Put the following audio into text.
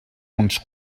uns